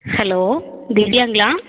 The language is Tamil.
ஹலோ திவ்யாங்களா